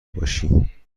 باشی